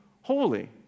holy